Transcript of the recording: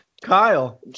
Kyle